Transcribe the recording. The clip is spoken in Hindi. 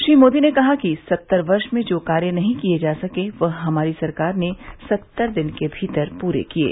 श्री मोदी ने कहा कि सत्तर वर्ष में जो कार्य नहीं किये जा सके वह हमारी सरकार ने सत्तर दिन के भीतर पूरे किये